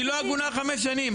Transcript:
היא לא עגונה חמש שנים,